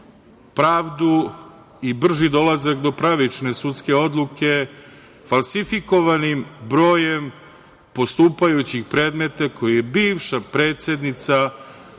pravdu i brži dolazak do pravične sudske odluke, falsifikovanim brojem postupajućih predmeta, koje je bivša predsednica tzv.